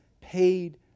paid